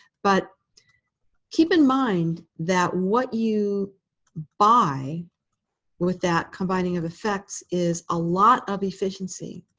but keep in mind that what you buy with that combining of effects is a lot of efficiency.